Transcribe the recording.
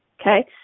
Okay